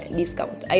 discount